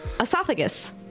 esophagus